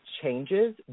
changes